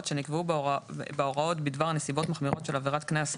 שנקבעו בהוראות בדבר נסיבות מחמירות של עבירות קנס,